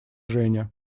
женя